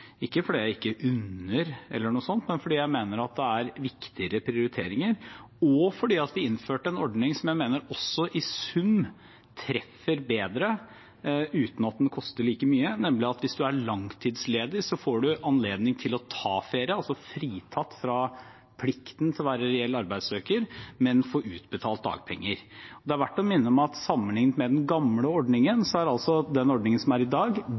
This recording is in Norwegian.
ikke fordi jeg ikke unner noen det eller noe sånt, men fordi jeg mener at det er viktigere prioriteringer, og fordi vi innførte en ordning som jeg mener også i sum treffer bedre, uten at den koster like mye, nemlig at hvis du er langtidsledig, får du anledning til å ta ferie, altså være fritatt fra plikten til å være reell arbeidssøker, men få utbetalt dagpenger. Det er verdt å minne om at sammenlignet med den gamle ordningen er den ordningen som er i dag,